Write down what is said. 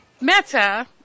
Meta